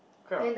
correct what